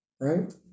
Right